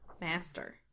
Master